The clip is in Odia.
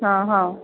ହଁ ହଁ